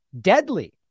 deadly